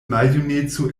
maljuneco